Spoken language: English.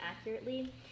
accurately